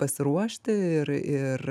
pasiruošti ir ir